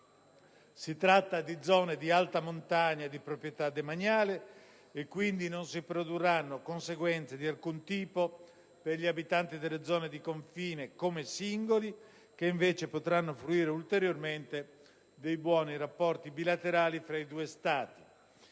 Si tratta di zone di alta montagna di proprietà demaniale e, quindi, non si produrranno conseguenze di alcun tipo per gli abitanti delle zone di confine come singoli, che invece potranno fruire ulteriormente dei buoni rapporti bilaterali tra i due Stati.